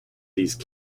these